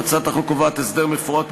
הצעת החוק קובעת הסדר מפורט,